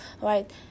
right